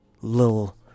little